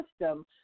system